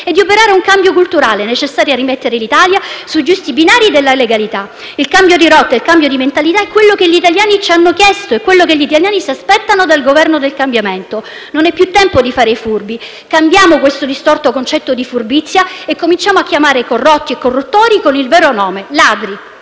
e di operare il cambio culturale necessario a rimettere l'Italia sui giusti binari della legalità. Il cambio di rotta e di mentalità è quello che gli italiani ci hanno chiesto e quello che essi si aspettano dal Governo del cambiamento. Non è più tempo di fare i furbi. Cambiamo questo distorto concetto di furbizia e cominciamo a chiamare i corrotti e corruttori con il vero nome: ladri.